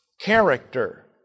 character